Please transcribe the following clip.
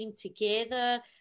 together